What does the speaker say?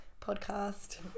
podcast